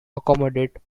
accommodate